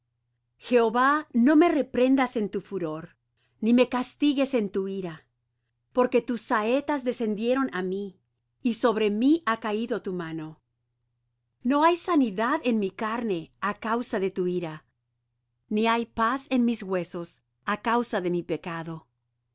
jehova no me reprendas en tu furor ni me castigues en tu ira porque tus saetas descendieron á mí y sobre mí ha caído tu mano no hay sanidad en mi carne á causa de tu ira ni hay paz en mis huesos á causa de mi pecado